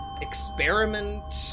experiment